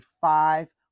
five